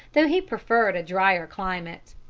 though he preferred a dryer climate.